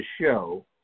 show